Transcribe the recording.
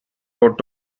road